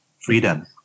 freedom